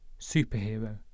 Superhero